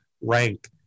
rank